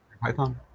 Python